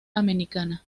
americana